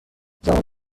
زمان